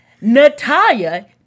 Natalia